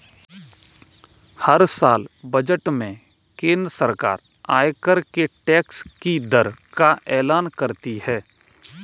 हर साल बजट में केंद्र सरकार आयकर के टैक्स की दर का एलान करती है